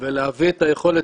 ולהביא את היכולת,